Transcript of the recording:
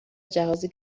جهازی